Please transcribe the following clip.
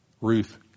Ruth